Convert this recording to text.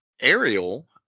Ariel